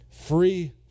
Free